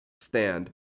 stand